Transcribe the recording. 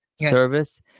service